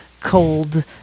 cold